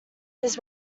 his